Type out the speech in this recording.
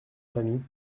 famille